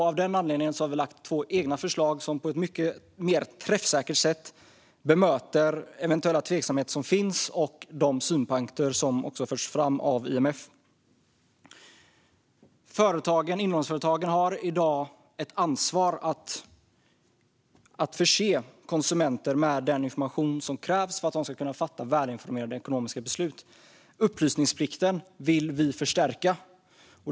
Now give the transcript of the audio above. Av den anledningen har vi lagt fram två egna förslag som på ett mycket träffsäkrare sätt bemöter eventuella tveksamheter och även de synpunkter som förs fram av IMF. Inlåningsföretagen har i dag ett ansvar att förse konsumenter med den information som krävs för att de ska kunna fatta välinformerade ekonomiska beslut. Upplysningsplikten vill vi förstärka.